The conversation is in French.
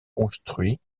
construits